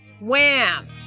Wham